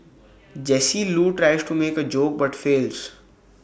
Jesse Loo tries to make A joke but fails